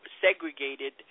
segregated